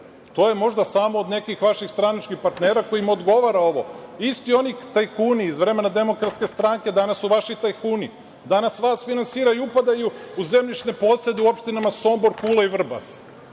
To je možda samo od nekih vaših stranačkih partnera kojima odgovara ovo. Isti oni tajkuni iz vremena DS, danas su vaši tajkuni. Danas vas finansiraju, upadaju u zemljišne posede u opštinama Sombor, Kula i Vrbas. Znači,